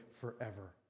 forever